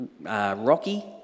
Rocky